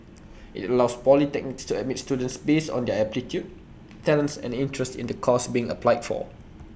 IT allows polytechnics to admit students based on their aptitude talents and interests in the course being applied for